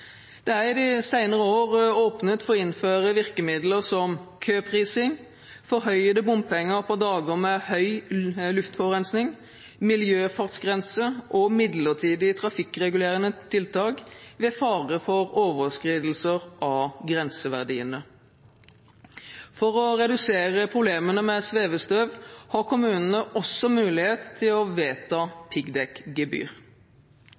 Det er i de senere år åpnet for å innføre virkemidler som køprising, forhøyede bompenger på dager med høy luftforurensning, miljøfartsgrense og midlertidig trafikkregulerende tiltak ved fare for overskridelser av grenseverdiene. For å redusere problemene med svevestøv har kommunene også mulighet til å vedta